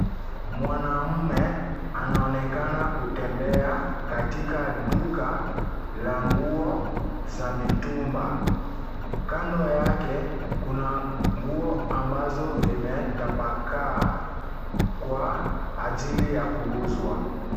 Mwanaume anaonekana kutembea katika duka la nguo za mitumba. Kando yake kuna nguo ambazo zimetapakaa kwa ajili ya kuuzwa.